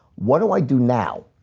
what do i do now?